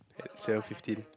at seven fifteen